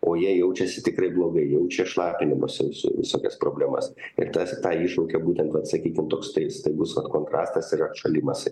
o jie jaučiasi tikrai blogai jaučia šlapinimosi su visokias problemas ir tas tą iššaukia būtent vat sakykim toks stai staigus vat kontrastas ir atšalimas